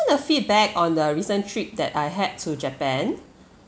wanna feedback on the recent trip that I had to japan